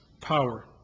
power